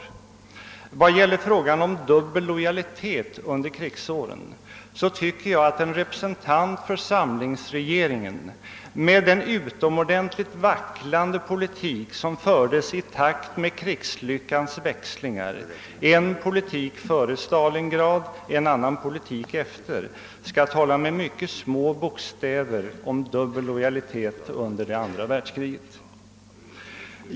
I vad gäller frågan om dubbel lojalitet under krigsåren tycker jag att en representant för samlingsregeringen med den utomordentligt vacklande politik som denna förde i takt med krigslyckans växlingar — en politik före Stalingrad, en annan politik efter — skall tala med mycket små bokstäver om dubbel lojalitet under det andra världskriget.